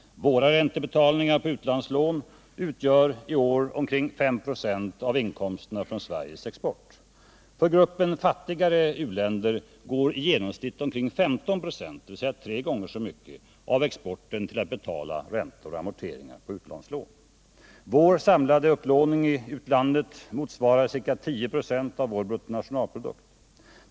Våra räntebetalningar på utlandslån utgör i år omkring 5 26 av inkomsterna från Sveriges export. För gruppen fattigare u-länder går i genomsnitt omkring 15 96, dvs. tre gånger så mycket, av exporten till att betala räntor och amorteringar på utlandslån. Vår samlade upplåning i utlandet motsvarar ca 10 26 av bruttonationalprodukten.